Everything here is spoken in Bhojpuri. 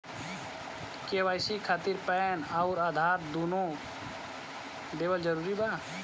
के.वाइ.सी खातिर पैन आउर आधार दुनों देवल जरूरी बा?